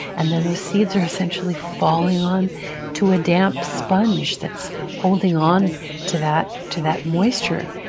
and then those seeds are essentially falling on to a damp sponge that's holding on to that to that moisture.